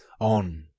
on